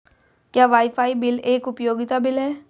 क्या wifi bill एक उपयोगिता बिल है?